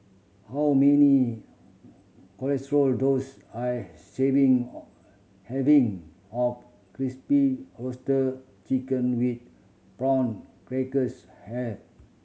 how many roar does I serving having or Crispy Roasted Chicken with Prawn Crackers have